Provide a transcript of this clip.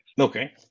Okay